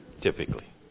Typically